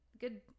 Good